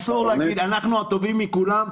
אנחנו הטובים מכולם?